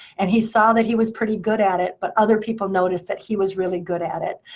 and he saw that he was pretty good at it, but other people noticed that he was really good at it.